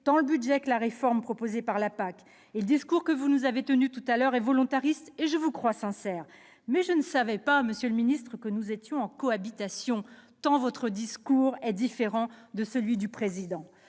tant le budget que la réforme proposés pour la PAC. Le discours que vous nous avez tenu est volontariste, et je vous crois sincère. Mais je ne savais pas que nous étions en cohabitation, tant votre discours est différent de celui du Président